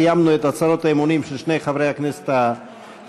סיימנו את הצהרות האמונים של שני חברי הכנסת החדשים.